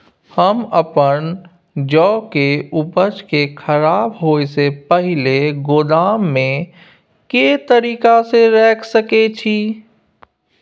हम अपन जौ के उपज के खराब होय सो पहिले गोदाम में के तरीका से रैख सके छी?